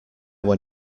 when